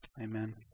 Amen